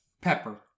pepper